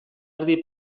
erdi